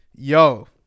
Yo